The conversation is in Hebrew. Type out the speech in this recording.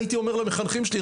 הייתי אומר למחנכים שלי,